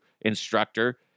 instructor